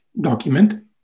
document